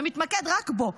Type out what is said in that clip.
ומתמקד רק בו.